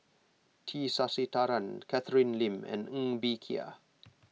T Sasitharan Catherine Lim and Ng Bee Kia